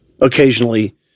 Occasionally